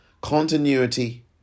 continuity